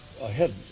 ahead